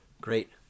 Great